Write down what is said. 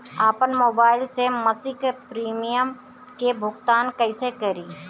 आपन मोबाइल से मसिक प्रिमियम के भुगतान कइसे करि?